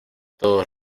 todos